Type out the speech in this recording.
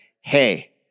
hey